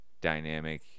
dynamic